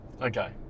Okay